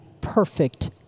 perfect